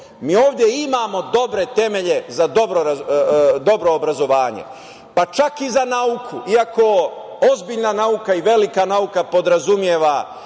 ovde imamo dobre temelje za dobro obrazovanje, pa čak i za nauku, iako ozbiljna nauka i velika nauka podrazumeva